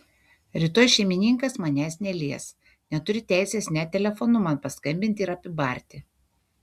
rytoj šeimininkas manęs nelies neturi teisės net telefonu man paskambinti ir apibarti